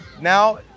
Now